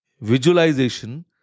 Visualization